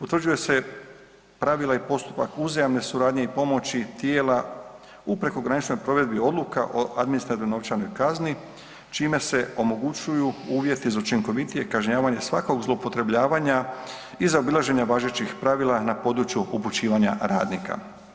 Utvrđuje se pravila i postupak uzajamne suradnje i pomoći tijela u prekograničnoj provedbi odluka o administrativnoj novčanoj kazni čime se omogućuju uvjeti za učinkovitije kažnjavanje svakog zloupotrebljavanja i zaobilaženja važećih pravila na području upućivanja radnika.